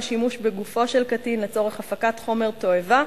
שימוש בגופו של קטין לצורך הפקת חומר תועבה,